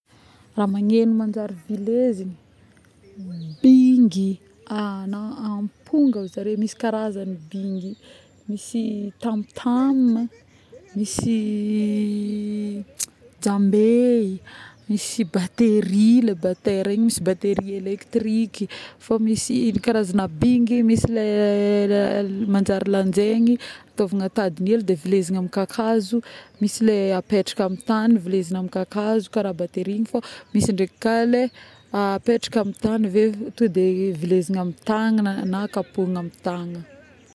raha magneno manjary vilezigny pingy a non amponga ozy zare misy karazagny ny pingy misy tam-tam ,misy jambey ,misy batery, le batera Igny misy batery elektriky fô misy karazagna pingy misy le manjary lanjaigny atovagna tady hely de vilezigny amina kakazo misy le apetraka amin- tany vilezigny aminy kakazo karaha batery Igny fô misy ndraiky ka le apetraka amin- tagny tody de vilezigny amina tagnana na kapogna aminy tagnana